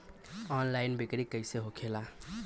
Online बिक्री कैसे होखेला?